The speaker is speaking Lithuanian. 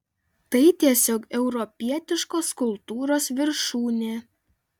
tai tiesiog europietiškos kultūros viršūnė